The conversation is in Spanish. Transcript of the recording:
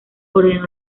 ordenó